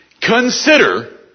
consider